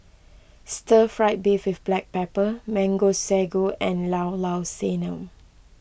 Stir Fried Beef with Black Pepper Mango Sago and Llao Llao Sanum